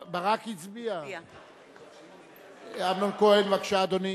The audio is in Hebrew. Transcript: מצביע אנסטסיה מיכאלי,